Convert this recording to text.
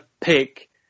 pick